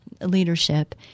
leadership